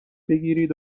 بگیرید